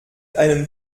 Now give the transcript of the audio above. einem